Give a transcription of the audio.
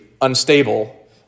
unstable